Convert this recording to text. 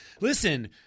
Listen